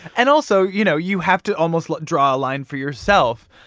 and also, you know, you have to almost draw a line for yourself.